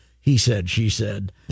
he-said-she-said